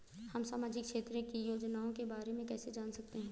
हम सामाजिक क्षेत्र की योजनाओं के बारे में कैसे जान सकते हैं?